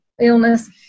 illness